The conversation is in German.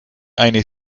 eine